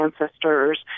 ancestors